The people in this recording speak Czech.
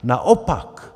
Naopak.